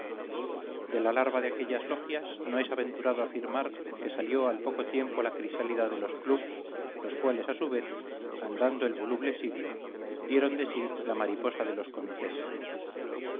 de la larva de aquellas logias no es aventurado afirmar que salió al poco tiempo la crisálida de los clubs los cuales a su vez andando el voluble siglo dieron de sí la mariposa de los comités